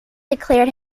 declared